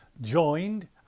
joined